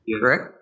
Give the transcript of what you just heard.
correct